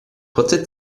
kurze